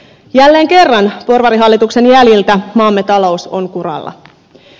jälleen kerran porvarihallituksen jäljiltä maamme talous on kuralla